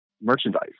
merchandise